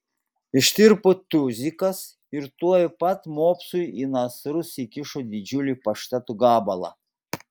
ištirpo tuzikas ir tuoj pat mopsui į nasrus įkišo didžiulį pašteto gabalą